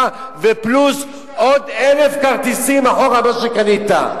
פלוס עוד 1,000 כרטיסים אחורה שקנית.